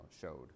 showed